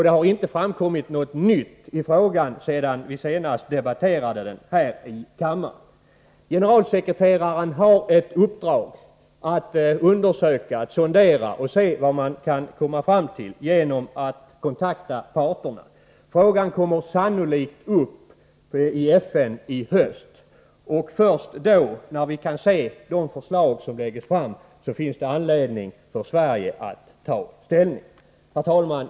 Det har inte framkommit något nytt i frågan sedan vi senast debatterade den här i kammaren. Generalsekreteraren har i uppdrag att göra sonderingar och se vad man kan komma fram till genom att kontakta parterna. Frågan kommer sannolikt upp i FN i höst. Först då, när vi kan se de förslag som läggs fram, finns det anledning för Sverige att ta ställning. Herr talman!